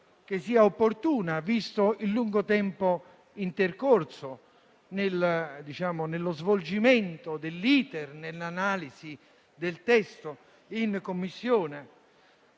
cosa opportuna, visto il lungo tempo intercorso nello svolgimento dell'*iter* e nell'analisi del testo in Commissione.